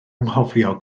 anghofio